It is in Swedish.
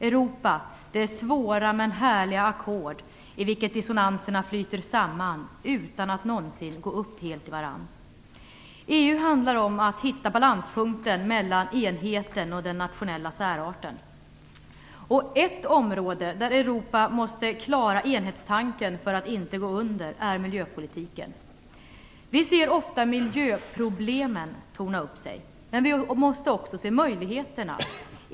Europa, det svåra men härliga ackord, i vilket dissonanserna flyter samman, utan att någonsin gå upp helt i varann. EU handlar om att hitta balanspunkten mellan enheten och den nationella särarten. Ett område där Europa måste klara enhetstanken för att inte gå under är miljöpolitiken. Vi ser ofta miljöproblemen torna upp sig. Men vi måste också se möjligheterna.